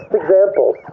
examples